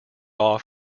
off